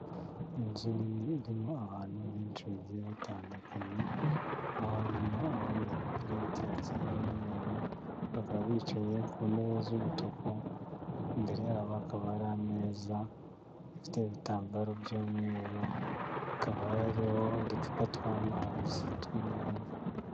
Ni inzu nini irimo abantu benshi bagiye batandukanye, aho harimo abambaye imipira y'icyatsi, y'umweru, bakaba bicaye ku ntebe z'umutuku, imbere yabo hakaba hari ameza afite ibitambaro by'umweru, hakaba hariho uducupa tw'amazi tw'inyange.